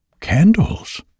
Candles